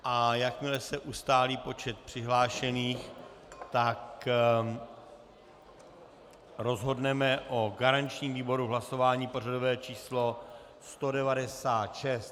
A jakmile se ustálí počet přihlášených, tak rozhodneme o garančním výboru v hlasování pořadové číslo 196.